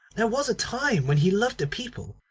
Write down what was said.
there was a time when he loved the people.